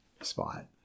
spot